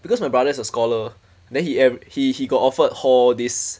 because my brother is a scholar then he ev~ he he got offered hall this